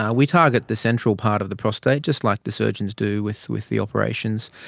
ah we target the central part of the prostate, just like the surgeons do with with the operations.